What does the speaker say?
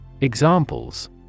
Examples